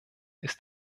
ist